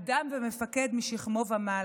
אדם ומפקד משכמו ומעלה.